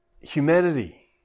humanity